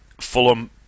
Fulham